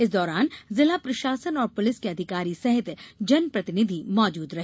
इस दौरान जिला प्रशासन और पुलिस के अधिकारी सहित जन प्रतिनिधि मौजूद रहे